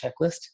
checklist